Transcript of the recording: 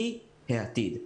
היא העתיד.